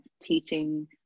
teaching